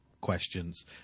questions